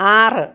ആറ്